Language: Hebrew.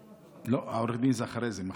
לא, עורך הדין זה אחרי זה.